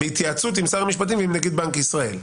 בהתייעצות עם שר המשפטים ועם נגיד בנק ישראל,